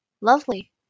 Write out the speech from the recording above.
Lovely